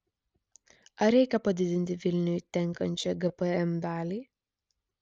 ar reikia padidinti vilniui tenkančią gpm dalį